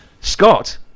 Scott